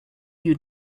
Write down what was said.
you